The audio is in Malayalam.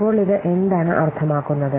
ഇപ്പോൾ ഇത് എന്താണ് അർത്ഥമാക്കുന്നത്